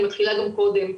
היא מתחילה גם קודם.